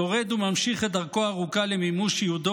שורד וממשיך את דרכו הארוכה למימוש ייעודו